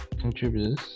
contributors